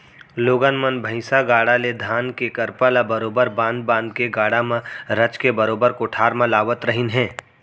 लोगन मन भईसा गाड़ा ले धान के करपा ल बरोबर बांध बांध के गाड़ा म रचके बरोबर कोठार म लावत रहिन हें